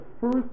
first